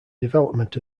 development